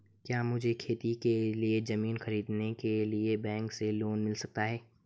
क्या मुझे खेती के लिए ज़मीन खरीदने के लिए बैंक से लोन मिल सकता है?